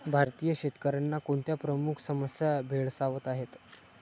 भारतीय शेतकऱ्यांना कोणत्या प्रमुख समस्या भेडसावत आहेत?